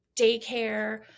daycare